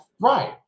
Right